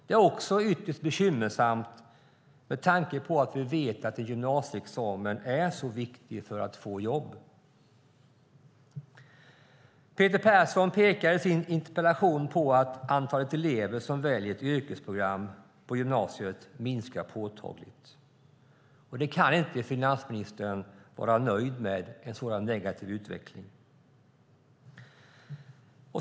Detta är ytterst bekymmersamt med tanke på att vi vet att en gymnasieexamen är viktig när det gäller att få jobb. Peter Persson pekar i sin interpellation på att antalet elever som väljer ett yrkesprogram på gymnasiet minskar påtagligt. Finansministern kan inte vara nöjd med en sådan negativ utveckling.